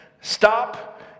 stop